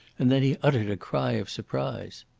and then he uttered a cry of surprise.